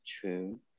true